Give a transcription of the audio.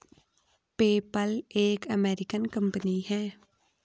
PayPal एक American company है